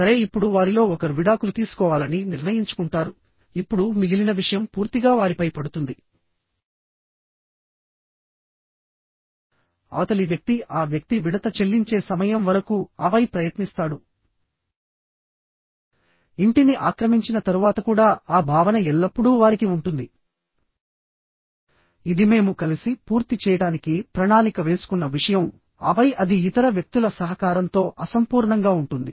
సరే ఇప్పుడు వారిలో ఒకరు విడాకులు తీసుకోవాలని నిర్ణయించుకుంటారు ఇప్పుడు మిగిలిన విషయం పూర్తిగా వారిపై పడుతుంది అవతలి వ్యక్తి ఆ వ్యక్తి విడత చెల్లించే సమయం వరకు ఆపై ప్రయత్నిస్తాడు ఇంటిని ఆక్రమించిన తరువాత కూడా ఆ భావన ఎల్లప్పుడూ వారికి ఉంటుంది ఇది మేము కలిసి పూర్తి చేయడానికి ప్రణాళిక వేసుకున్న విషయం ఆపై అది ఇతర వ్యక్తుల సహకారంతో అసంపూర్ణంగా ఉంటుంది